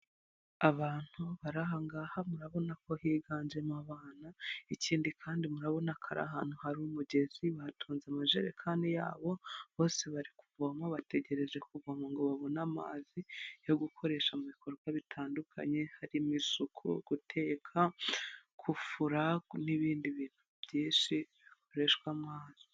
Abantu bari aha ngaha, murabona ko higanjemo abana ikindi kandi murabona ko ari ahantu hari umugezi, batunze amajerekani yabo bose bari kuvoma, bategereje kuvoma ngo babone amazi yo gukoresha mu bikorwa bitandukanye harimo isuku, guteka, gufura n'ibindi bintu byinshi bikoreshwa amazi.